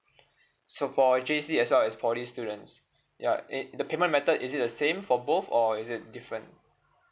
so for J_C as well as poly students ya it the payment method is it the same for both or is it different